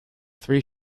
three